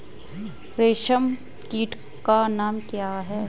रेशम कीट का नाम क्या है?